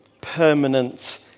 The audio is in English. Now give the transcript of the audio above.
permanent